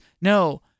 No